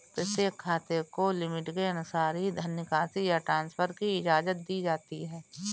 प्रत्येक खाते को लिमिट के अनुसार ही धन निकासी या ट्रांसफर की इजाजत दी जाती है